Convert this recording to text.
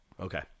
Okay